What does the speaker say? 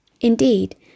Indeed